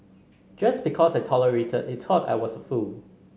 just because I tolerated he thought I was a fool